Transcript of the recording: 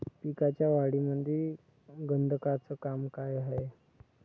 पिकाच्या वाढीमंदी गंधकाचं का काम हाये?